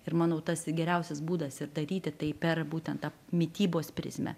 ir manau tas geriausias būdas ir daryti tai per būtent tą mitybos prizmę